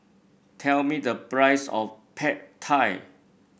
tell me the price of Pad Thai